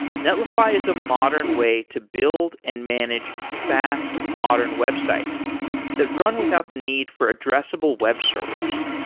netlify is a modern way to build and manage fast, modern websites that run without the need for addressable web servers.